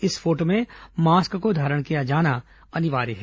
इस फोटों में मास्क को धारण किया जाना अनिवार्य है